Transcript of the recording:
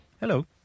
Hello